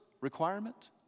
requirement